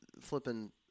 flipping